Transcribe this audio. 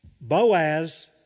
Boaz